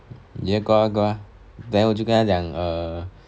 ya got ah got ah then 我就跟她讲 err